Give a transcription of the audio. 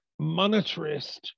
monetarist